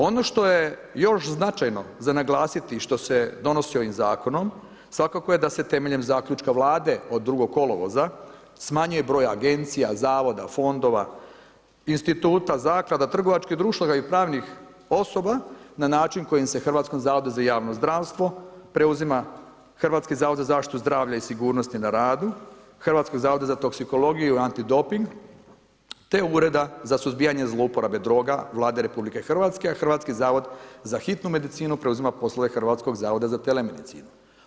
Ono što je još značajno za naglasiti i što se donosi ovim zakonom, svakako je da se temeljem zaključka Vlade od 2. kolovoza smanjuje broj agencija, zavoda, fondova, instituta, zaklada, trgovačkih društava i pravnih osoba na način kojim se HZJZ-u preuzima Hrvatski zavod za zaštitu zdravlja i sigurnosti na radu, Hrvatskog zavoda za toksikologiju i antidoping te Ureda za suzbijanje zlouporaba droga Vlade RH, a Hrvatski zavod za hitnu medicinu preuzima poslove Hrvatski zavoda za telemedicinu.